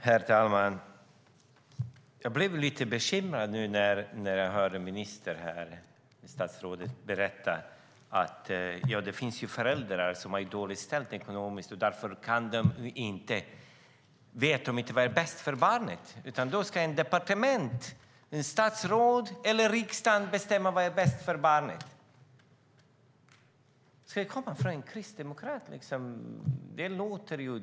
Herr talman! Jag blev lite bekymrad när jag hörde ministern här berätta att det finns föräldrar som har det dåligt ställt ekonomiskt och därför inte vet vad som är bäst för barnet. Därför ska ett departement, ett statsråd eller riksdagen bestämma vad som är bäst för barnet. Ska det komma från en kristdemokrat?